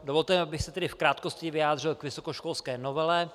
Dovolte mi, abych se v krátkosti vyjádřil k vysokoškolské novele.